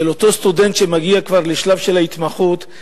אותו סטודנט שמגיע כבר לשלב של ההתמחות,